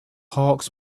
hawks